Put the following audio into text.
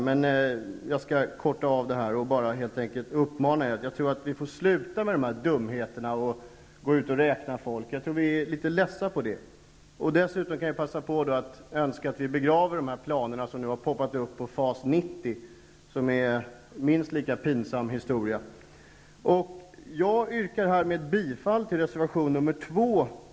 Men jag skall fatta mig kort och uppmana alla att sluta upp med dumheterna att räkna folk. Vi är alla litet less på det. Jag önskar att vi nu begraver de planer som har ''poppat upp'' om FAS 90, som är en minst lika pinsam historia. Jag yrkar härmed bifall till reservation nr 2.